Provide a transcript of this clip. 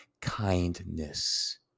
kindness